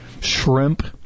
shrimp